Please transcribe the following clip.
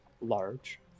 large